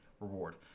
Reward